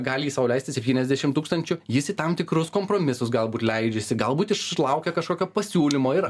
gali jis sau leisti septyniasdešim tūkstančių jis į tam tikrus kompromisus galbūt leidžiasi galbūt išlaukia kažkokio pasiūlymo ir